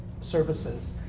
services